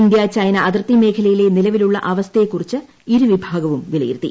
India China അതിർത്തി മേഖലയിലെ നിലവിലുള്ള അവസ്ഥയെ കുറിച്ച് ഇരു വിഭാഗവും വിലയിരുത്തി